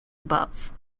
above